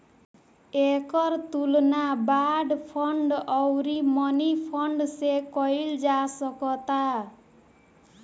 एकर तुलना bond fund अउरी money fund से कईल जा सकता